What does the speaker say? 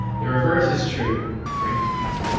the reverse is true for evil people.